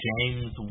James